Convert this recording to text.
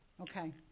Okay